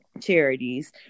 charities